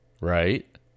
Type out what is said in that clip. Right